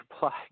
Black